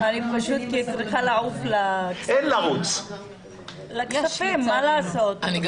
אני שואלת מה לא בסדר.